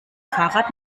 fahrrad